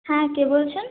হ্যাঁ কে বলছেন